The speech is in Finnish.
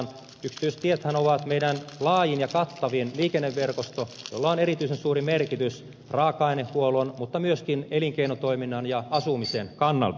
yksityistiethän ovat meidän laajin ja kattavin liikenneverkostomme jolla on erityisen suuri merkitys raaka ainehuollon mutta myöskin elinkeinotoiminnan ja asumisen kannalta